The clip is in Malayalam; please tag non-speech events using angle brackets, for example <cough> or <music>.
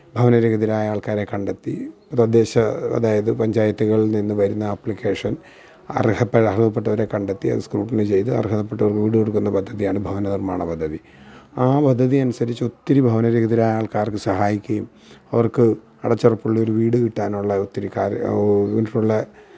ഭവനരഹിതരായ ആള്ക്കാരെ കണ്ടെത്തി തദ്ദേശം അതായത് പഞ്ചായത്തുകളില് നിന്ന് വരുന്ന ആപ്ലിക്കേഷന് അര്ഹതപ്പെട്ടവരെ കണ്ടെത്തി അത് സ്ക്രൂട്ടനി ചെയ്തു അര്ഹതപ്പെട്ടവര്ക്ക് വീട് കൊടുക്കുന്ന പദ്ധതിയാണ് ഭവന നിര്മ്മാണ പദ്ധതി ആ പദ്ധതി അനുസരിച്ച് ഒത്തിരി ഭവനരഹിതരായ ആള്ക്കാര്ക്ക് സഹായിക്കുകയും അവര്ക്ക് അടച്ചുറപ്പുള്ള ഒരു വീട് കിട്ടാനുള്ള ഒത്തിരി കാല <unintelligible>